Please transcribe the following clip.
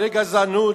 של גזענות,